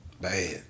Bad